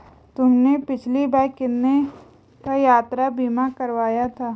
तुमने पिछली बार कितने का यात्रा बीमा करवाया था?